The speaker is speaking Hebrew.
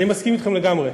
אני מסכים אתכם לגמרי.